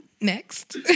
Next